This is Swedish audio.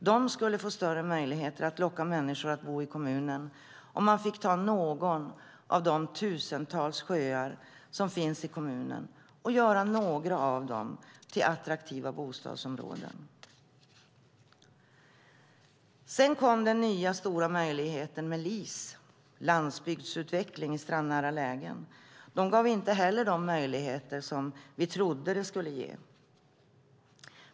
Pajala skulle få större möjligheter att locka människor att bo i kommunen om man fick ta några av de tusentals områden runt sjöarna i kommunen och göra dem till attraktiva bostadsområden. Sedan kom den nya stora möjligheten LIS, landsbygdsutveckling i strandnära lägen. Den gav inte heller de möjligheter som vi trodde den skulle ge.